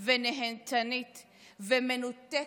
ונהנתנית ומנותקת,